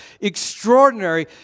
extraordinary